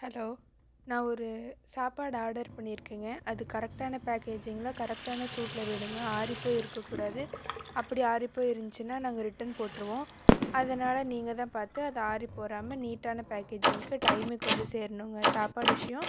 hello நான் ஒரு சாப்பாடு ஆடர் பண்ணியிருக்கேங்க அது கரெக்ட்டான பேக்கேஜ்ஜிங்ல கரெக்ட்டான சூட்டில் வேணுங்க ஆறிப்போய் இருக்கக் கூடாது அப்படி ஆறிப்போய் இருந்துச்சின்னால் நாங்கள் ரிட்டன் போட்டிருவோம் அதனால் நீங்கள் தான் பார்த்து அதை ஆறிப்போறாமல் நீட்டான பேக்கேஜிங்க்கு டைமுக்கு வந்து சேரணுங்க சாப்பாடு விஷயம்